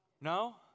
No